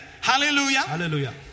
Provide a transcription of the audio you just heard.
Hallelujah